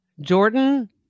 jordan